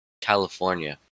California